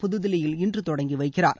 புதுதில்லியில் இன்று தொடங்கி வைக்கிறார்